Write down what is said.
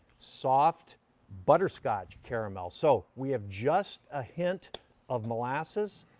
soft butterscotch caramel, so we have just a hint of molasses,